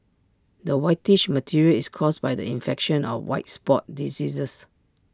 the whitish material is caused by the infection of white spot diseases